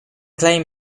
claim